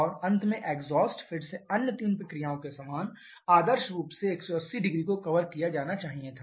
और अंत में एग्जॉस्ट फिर से अन्य तीन प्रक्रियाओं के समान आदर्श रूप से 1800 को कवर किया जाना चाहिए था